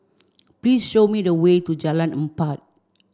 please show me the way to Jalan Empat